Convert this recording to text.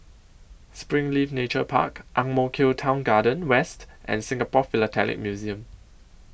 Springleaf Nature Park Ang Mo Kio Town Garden West and Singapore Philatelic Museum